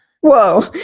Whoa